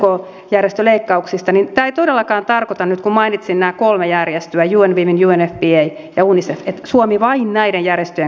tämä ei todellakaan tarkoita nyt kun mainitsin nämä kolme järjestöä un women unfpa ja unicef että suomi vain näiden järjestöjen kautta toimii